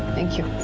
thank you,